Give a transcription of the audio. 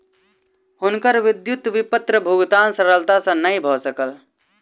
हुनकर विद्युत विपत्र भुगतान सरलता सॅ नै भ सकल